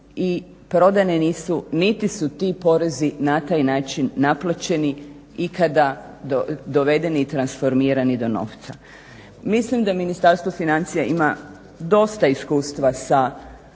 niti su ti porezi na taj način naplaćeni ikada dovedeni i transformirani do novca. Mislim da Ministarstvo financija ima dosta iskustva sa